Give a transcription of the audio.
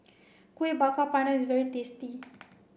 Kueh Bakar Pandan is very tasty